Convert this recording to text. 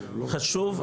חשוב,